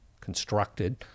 constructed